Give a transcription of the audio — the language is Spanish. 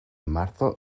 marzo